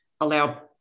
allow